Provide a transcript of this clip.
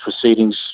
proceedings